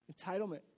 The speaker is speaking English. Entitlement